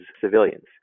civilians